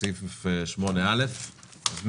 13:00.